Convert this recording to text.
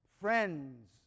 friends